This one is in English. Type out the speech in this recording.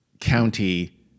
County